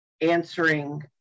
answering